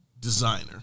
Designer